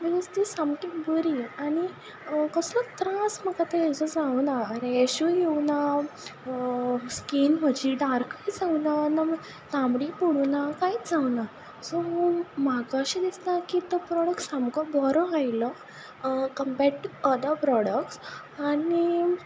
सामकी बरी आनी कसलोच त्रास म्हाका तो हेजो जावना रेशूय येवना स्कीन म्हजी डार्कूय जावना तामडीय पडुना कांयच जावुना सो म्हाका अशें दिसता की तो प्रोडक्ट सामको बरो आयलो कम्पेर्ड टू अदर प्रोडक्ट आनी